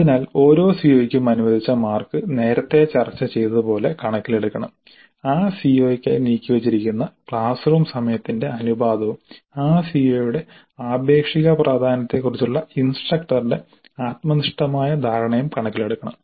അതിനാൽ ഓരോ സിഒയ്ക്കും അനുവദിച്ച മാർക്ക് നേരത്തെ ചർച്ച ചെയ്തതുപോലെ കണക്കിലെടുക്കണം ആ സിഒക്കായി നീക്കിവച്ചിരിക്കുന്ന ക്ലാസ് റൂം സമയത്തിന്റെ അനുപാതവും ആ സിഒയുടെ ആപേക്ഷിക പ്രാധാന്യത്തെക്കുറിച്ചുള്ള ഇൻസ്ട്രക്ടറുടെ ആത്മനിഷ്ഠമായ ധാരണയും കണക്കിലെടുക്കണം